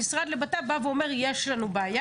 המשרד לביטחון פנים אומר: יש לנו בעיה